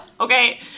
okay